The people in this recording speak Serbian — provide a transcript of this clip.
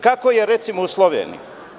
Kako je recimo u Sloveniji?